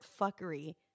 fuckery